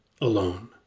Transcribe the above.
alone